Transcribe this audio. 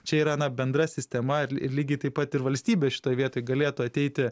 čia yra na bendra sistema ir ir lygiai taip pat ir valstybė šitoj vietoj galėtų ateiti